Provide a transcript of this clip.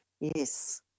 Yes